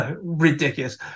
Ridiculous